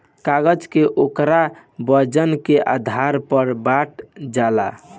कागज के ओकरा वजन के आधार पर बाटल जाला